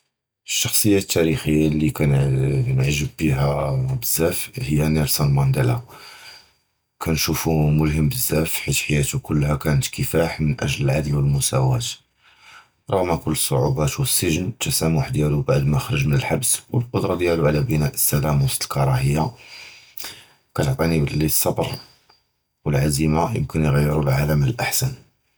אֶל-שַׁכְסִיָּה אֶל-תַארִיכִיָּה אֶלִי כַנִּעְגַּב בִּיהָ בְּזַבַּא הִיָּא נֶלְסּוֹן מַנְדֵּלָא, כַנִּשּׁוּפוּ מַלְהֵם בְּזַבַּא חִית חַיָּתוּ כָּלָּה כִּפַּח מִן אֻגְ'ל אֶל-עַדְל וְאֶל-מֻסַאוּאַה. רַغְמ כֻּלּ אֶל-סְעֻובּוּת וְאֶל-סַגְ'ן, אֶל-תְּסַאמּוּח דִיָּאלוּ בְּאַחַד מִן אֻלְחַבְּס, וְאֶל-קֻדְרַה דִיָּאלוּ עַל בְּנַאא אֶל-סָלַאם וְסְטְא אֶל-קִרַאה, כַתְּעְטִינִי בְּלִי אֶל-סְבְּר וְאֶל-עַזִימָה מֻכְדִירִין יְחַוּלוּ אֶל-עָלַם לֶאחְסַן.